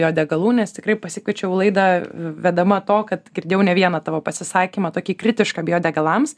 biodegalų nes tikrai pasikviečiau į laidą vedama to kad girdėjau ne vieną tavo pasisakymą tokį kritišką biodegalams